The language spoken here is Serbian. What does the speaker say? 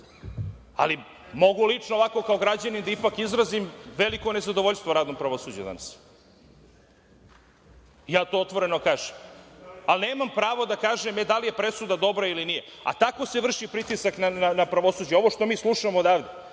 ali mogu lično ovako kao građanin da ipak izrazim veliko nezadovoljstvo radom pravosuđa danas. Ja to otvoreno kažem. Ali, nemam pravo da kažem da li je presuda dobra ili nije. Tako se vrši pritisak na pravosuđe. Ovo što mi slušamo, pa da